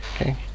Okay